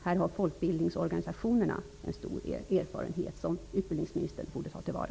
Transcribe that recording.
Här har folkbildningsorganisationerna en stor erfarenhet, som utbildningsministern borde ta till vara.